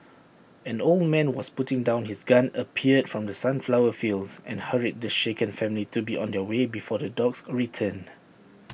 an old man was putting down his gun appeared from the sunflower fields and hurried the shaken family to be on their way before the dogs return